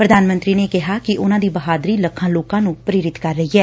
ਪ੍ਰਧਾਨ ਮੰਤਰੀ ਨੇ ਕਿਹਾ ਕਿ ਉਨ੍ਹਾਂ ਦੀ ਬਹਾਦਰੀ ਲੱਖਾਂ ਲੋਕਾਂ ਨ੍ਹੰ ਪ੍ਰੇਰਿਤ ਕਰ ਰਹੀ ਐ